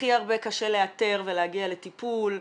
הכי הרבה קשה לאתר ולהגיע לטיפול.